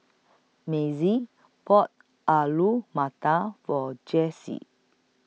Mazie bought Alu Matar For Jessie